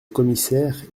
commissaire